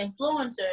influencers